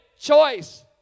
choice